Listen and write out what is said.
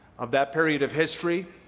of that period of history.